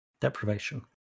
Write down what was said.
deprivation